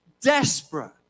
desperate